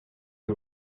que